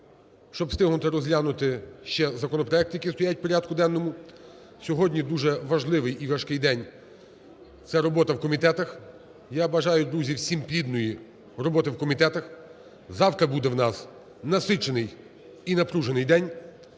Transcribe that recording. щоб встигнути розглянути ще законопроекти, які стоять в порядку денному. Сьогодні дуже важливий і важкий день – це робота в комітетах. І я бажаю, друзі, всім плідної роботи в комітетах. Завтра буде у нас насичений і напружений день.